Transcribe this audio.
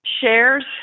shares